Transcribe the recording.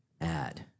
add